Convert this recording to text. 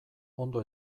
ondo